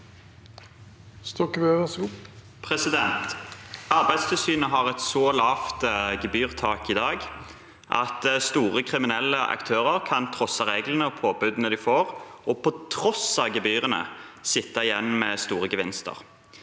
Arbeidstilsy- net har et så lavt gebyrtak i dag at store kriminelle aktører kan trosse reglene og påbudene de får, og på tross av gebyrene sitte igjen med store gevinster.